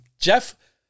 Jeff